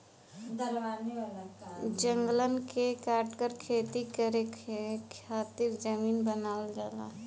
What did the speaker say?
जंगलन के काटकर खेती करे खातिर जमीन बनावल जाला